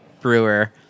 brewer